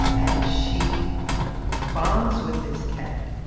and she bonds with this cat.